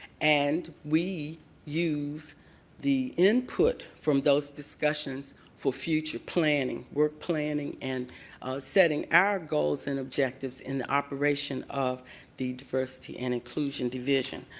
and we use the input from those discussions for future planning. we're planning and setting our goals and objectives in the operation of the diversity and inclusion division.